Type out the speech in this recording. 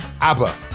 ABBA